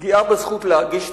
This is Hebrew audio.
פגיעה בזכות להגיש תוכנית,